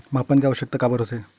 मापन के आवश्कता काबर होथे?